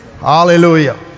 hallelujah